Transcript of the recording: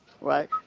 right